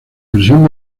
versión